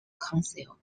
council